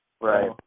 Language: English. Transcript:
Right